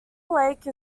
lake